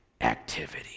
activity